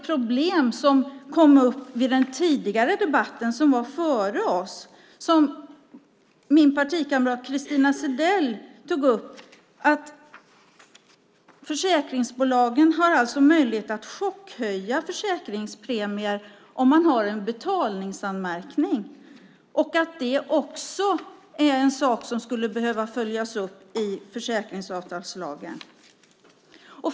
I den debatt som var före vår tog min partikamrat Christina Zedell upp att försäkringsbolagen har möjlighet att chockhöja försäkringspremier om man har en betalningsanmärkning. Det är också en sak som skulle behöva följas upp i försäkringsavtalslagen.